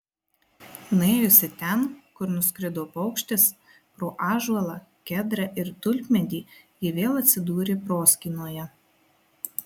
nuėjusi ten kur nuskrido paukštis pro ąžuolą kedrą ir tulpmedį ji vėl atsidūrė proskynoje